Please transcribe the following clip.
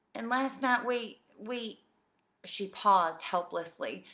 and last night we we she paused helplessly,